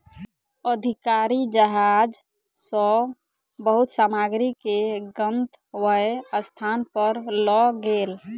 अधिकारी जहाज सॅ बहुत सामग्री के गंतव्य स्थान पर लअ गेल